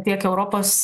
tiek europos